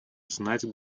знать